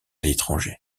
l’étranger